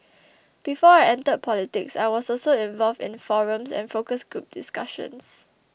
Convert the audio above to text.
before I entered politics I was also involved in forums and focus group discussions